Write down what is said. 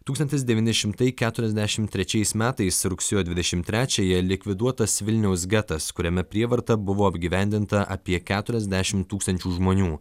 tūkstantis devyni šimtai keturiasdešimt trečiais metais rugsėjo dvidešimt trečiąją likviduotas vilniaus getas kuriame prievarta buvo apgyvendinta apie keturiasdešimt tūkstančių žmonių